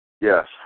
Yes